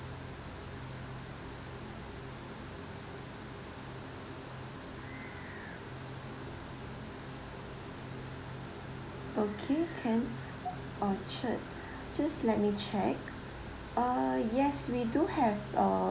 okay can I'll check just let me check err yes we do have a